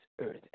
earth